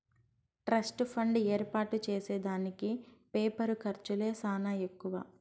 trust fund ఏర్పాటు చేసే దానికి పేపరు ఖర్చులే సానా ఎక్కువ